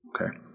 okay